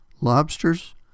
Lobsters